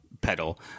pedal